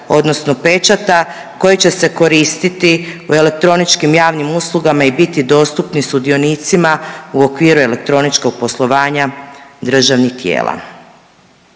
odnosno pečata koji će se koristiti u elektroničkim javnim uslugama i biti dostupni sudionicima u okviru elektroničkog poslovanja državnih tijela.